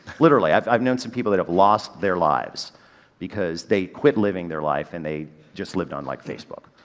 literally. i've, i've known some people that have lost their lives because they quit living their life and they just lived on like facebook,